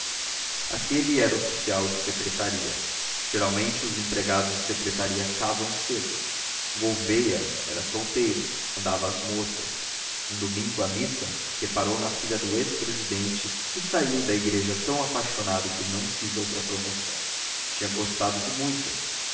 aquele era oficial de secretaria geralmente os empregados de secretaria casam cedo gouveia era solteiro andava às moças um domingo à missa reparou na filha do ex presidente e saiu da igreja tão apaixonado que não quis outra promoção tinha gostado de muitas